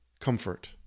comfort